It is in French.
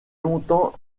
longtemps